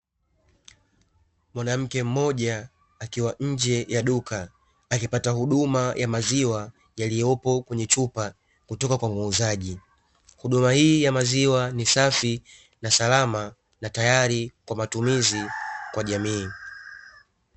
Mwanamke mmoja akiwa nje ya duka, akipata huduma ya maziwa yaliyopo kwenye chupa kutoka kwa muuzaji. Huduma hii ya maziwa ni safi na salama na tayari kwa matumizi kwa jamii.